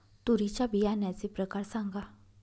तूरीच्या बियाण्याचे प्रकार सांगा